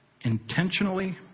intentionally